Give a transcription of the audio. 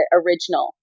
original